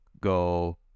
go